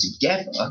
together